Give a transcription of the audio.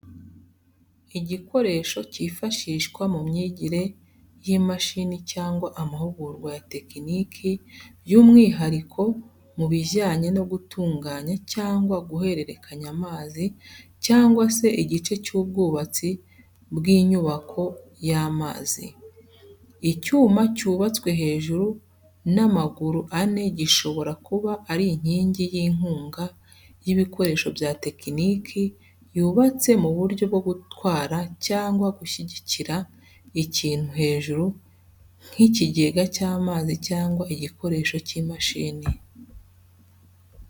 Igikoresho cyifashishwa mu myigire y’imashini cyangwa amahugurwa ya tekiniki, by’umwihariko mu bijyanye no gutunganya cyangwa guhererekanya amazi, cyangwa se igice cy’ubwubatsi bw’inyubako y’amazi. Icyuma cyubatswe hejuru n’amaguru ane gishobora kuba ari inkingi y’inkunga y’ibikoresho bya tekiniki cyubatse mu buryo bwo gutwara cyangwa gushyigikira ikintu hejuru nk'ikigega cy'amazi cyangwa igikoresho cy’imashini.